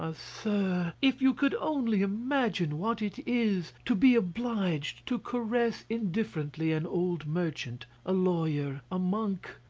ah sir, if you could only imagine what it is to be obliged to caress indifferently an old merchant, a lawyer, a monk,